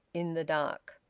in the dark.